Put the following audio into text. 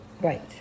Right